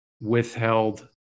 withheld